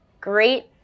Great